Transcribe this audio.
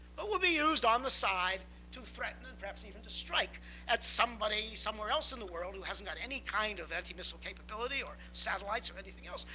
but will be used on the side to threaten and perhaps even to strike at somebody somewhere else in the world, who hasn't got any kind of anti-missile capability or satellites or anything else.